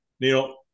Neil